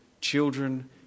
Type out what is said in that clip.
children